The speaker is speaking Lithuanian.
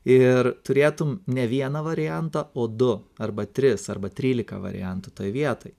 ir turėtum ne vieną variantą o du arba tris arba trylika variantų toj vietoj